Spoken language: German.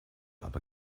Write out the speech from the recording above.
aber